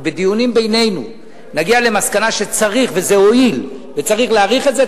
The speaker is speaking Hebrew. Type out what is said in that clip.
או בדיונים בינינו נגיע למסקנה שצריך וזה הועיל וצריך להאריך את זה,